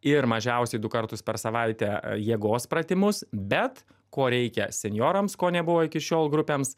ir mažiausiai du kartus per savaitę jėgos pratimus bet ko reikia senjorams ko nebuvo iki šiol grupėms